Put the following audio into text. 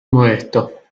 modesto